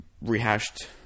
rehashed